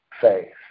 faith